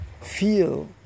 feel